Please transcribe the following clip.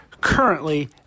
currently